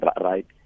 right